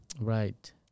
right